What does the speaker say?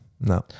no